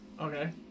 Okay